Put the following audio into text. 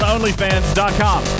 OnlyFans.com